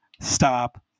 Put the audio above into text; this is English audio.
Stop